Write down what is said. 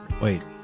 wait